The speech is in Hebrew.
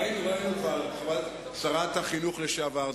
ראינו כבר, שרת החינוך לשעבר.